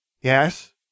Yes